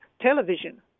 television